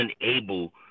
unable